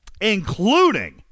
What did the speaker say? including